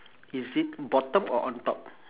is it bottom or on top